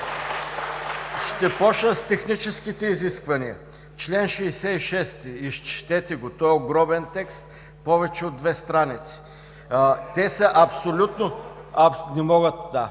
Ще почна с техническите изисквания – чл. 66 изчетете го, той е огромен текст, повече от две страници. Те са абсолютно задължителни за